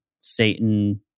Satan